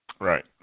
Right